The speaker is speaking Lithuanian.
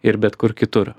ir bet kur kitur